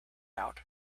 out